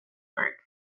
work